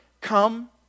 Come